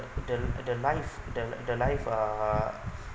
the the life the the life uh